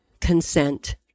consent